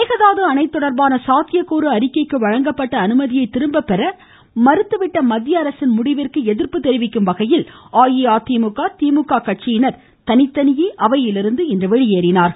மேகதாது அணை தொடர்பான சாத்தியக்கூறு அறிக்கைக்கு வழங்கப்பட்ட அனுமதியை திரும்பப்பெற மறுத்து விட்ட மத்திய அரசிற்கு எதிர்ப்பு தெரிவிக்கும் வகையில் அஇஅதிமுக திமுக கட்சியினர் தனித்தனியே அவையிலிருந்து வெளியேறினார்கள்